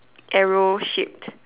arrow shit